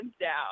down